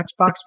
Xbox